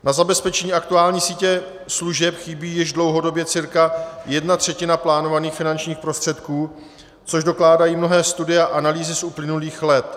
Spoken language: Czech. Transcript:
Na zabezpečení aktuální sítě služeb chybí již dlouhodobě cca jedna třetina plánovaných finančních prostředků, což dokládají mnohé studie a analýzy z uplynulých let.